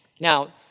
Now